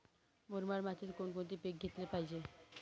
मुरमाड मातीत कोणकोणते पीक घेतले पाहिजे?